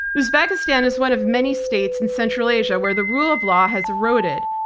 uzbekistan is one of many states in central asia where the rule of law has eroded.